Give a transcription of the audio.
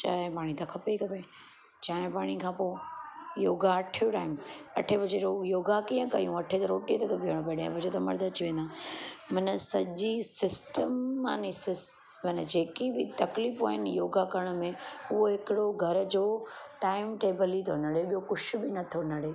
चाहिं पाणी त खपे खपे चाहिं पाणी खां पोइ योगा अठे जो टाइम अठे बजे योगा कीअं कयूं अठे त रोटीअ ते थो ॿीहणो पए ॾह बजे त मर्द अची वेंदा मन सॼी सिस्टम माने सिस मन जेकी बि तकलीफ़ू आहिनि योगा करण में उहो हिकिड़ो घर जो टाइम टेबल ई थो नड़े ॿियो कुझु नथो नड़े